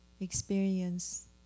experience